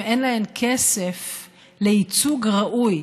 אם אין להן כסף לייצוג ראוי,